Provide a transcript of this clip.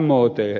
hen